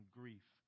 grief